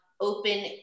open